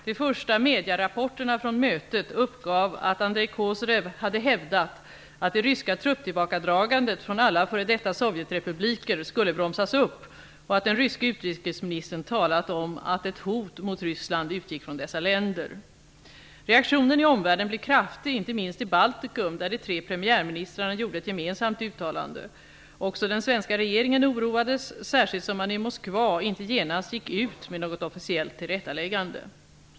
De första medierapporterna från mötet uppgav att Andrej Kozyrev hade hävdat att det ryska trupptillbakadragandet från alla före detta sovjetrepubliker skulle bromsas upp och att den ryske utrikesministern talat om att ett hot mot Ryssland utgick från dessa länder. Reaktionen i omvärlden blev kraftig, inte minst i Baltikum, där de tre premiärministrarna gjorde ett gemensamt uttalande. Också den svenska regeringen oroades, särskilt som man i Moskva inte genast gick ut med något officiellt tillrättaläggande.